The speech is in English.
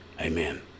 amen